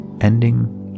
ending